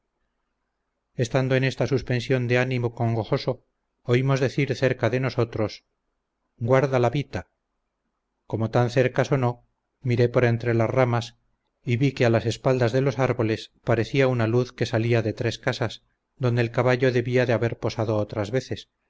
estando en esta suspensión de ánimo congojoso oímos decir cerca de nosotros guarda la vita como tan cerca sonó miré por entre las ramas y vi que a las espaldas de los árboles parecía una luz que salía de tres casas donde el caballo debía de haber posado otras veces